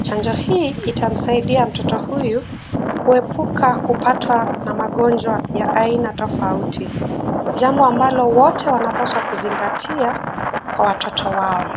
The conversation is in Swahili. Chanjo hii itamsaidia mtoto huyu kuepuka kupatwa na magonjwa ya aina tofauti, jambo ambalo wote wanapaswa kuzingatia kwa watoto wao.